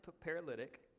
paralytic